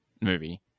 movie